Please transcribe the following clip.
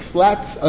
Flats